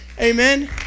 amen